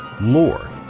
lore